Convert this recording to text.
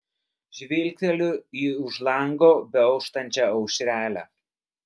žvilgteliu į už lango beauštančią aušrelę